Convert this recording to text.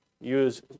use